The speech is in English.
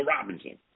Robinson